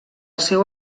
seu